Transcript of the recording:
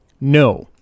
No